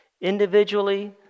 Individually